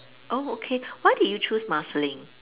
oh okay why did you choose Marsiling